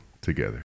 together